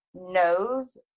knows